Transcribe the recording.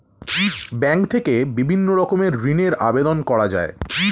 bank থেকে বিভিন্ন রকমের ঋণের আবেদন করা যায়